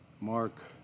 Mark